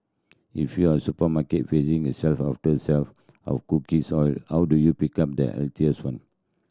if you are supermarket facing a shelf after shelf of oil how do you pick up the healthiest one